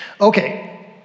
Okay